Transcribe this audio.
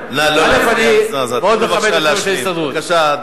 כבוד חבר הכנסת חנין, נא לא להפריע לסגן השר.